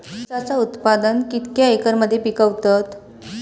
ऊसाचा उत्पादन कितक्या एकर मध्ये पिकवतत?